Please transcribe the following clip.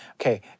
okay